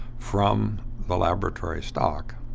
from the laboratory stock.